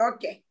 Okay